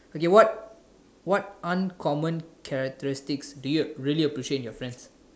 okay what what uncommon characteristics do you really appreciate in your friends